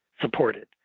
supported